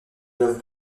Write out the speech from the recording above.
doivent